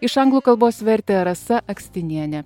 iš anglų kalbos vertė rasa akstinienė